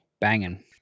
banging